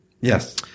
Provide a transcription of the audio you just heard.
Yes